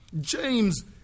James